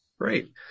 Great